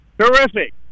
Terrific